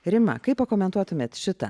rima kaip pakomentuotumėt šitą